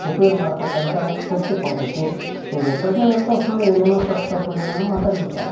ಉಪ್ಯೋಗ ಮಾಡ್ತಾಕ್ಕಂಥ ಶಕ್ತಿ ಕೊಡತೈತಿ ಈಗ ಎಷ್ಟೋ ಜನ ಇರ್ತವೆ ಸುಮ್ಮನೆ ಏನೇನೋ ತಪ್ಪು ತಪ್ಪು ಏನೇನೋ ಮಾತಾಡಿ ಬಿಡ್ತವೆ